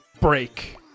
break